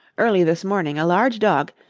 early this morning a large dog,